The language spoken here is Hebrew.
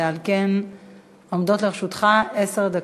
ועל כן עומדות לרשותך עשר דקות.